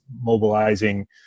mobilizing